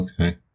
Okay